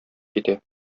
китә